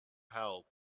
help